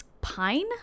Pine